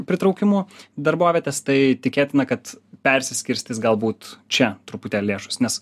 pritraukimu darbovietės tai tikėtina kad persiskirstys galbūt čia truputėlį lėšos nes